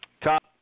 Top